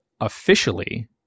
officially